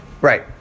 Right